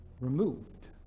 Removed